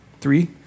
Three